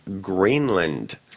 Greenland